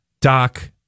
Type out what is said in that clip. Doc